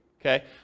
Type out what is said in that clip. okay